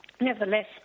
nevertheless